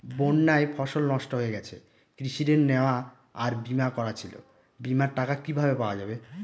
বন্যায় ফসল নষ্ট হয়ে গেছে কৃষি ঋণ নেওয়া আর বিমা করা ছিল বিমার টাকা কিভাবে পাওয়া যাবে?